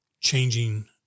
changing